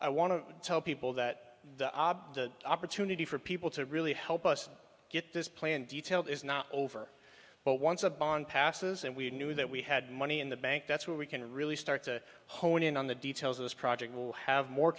i want to tell people that the ob the opportunity for people to really help us get this plan detailed is not over but once a bond passes and we knew that we had money in the bank that's what we can really start to hone in on the details of this project will have more